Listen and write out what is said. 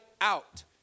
out